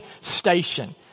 station